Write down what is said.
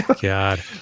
God